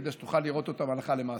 כדי שתוכל לראות אותם הלכה למעשה.